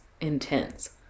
intense